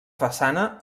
façana